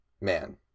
man